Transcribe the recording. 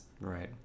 Right